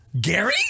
Gary